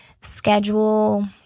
schedule